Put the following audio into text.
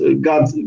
God